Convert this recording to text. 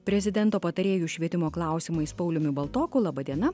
prezidento patarėju švietimo klausimais pauliumi baltoku laba diena